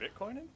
bitcoining